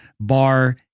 bar